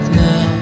now